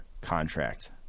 contract